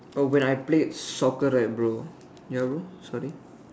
but when I played soccer right ya bro sorry